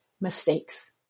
mistakes